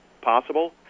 possible